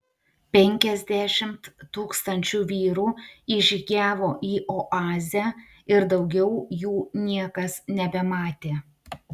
penkiasdešimt tūkstančių vyrų įžygiavo į oazę ir daugiau jų niekas nebematė